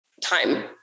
time